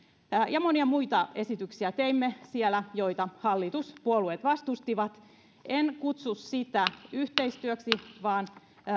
ja monia muita esityksiä teimme joita hallituspuolueet vastustivat en kutsu sitä yhteistyöksi vaan